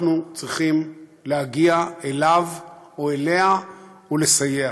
אנחנו צריכים להגיע אליו או אליה ולסייע,